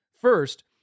First